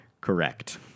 correct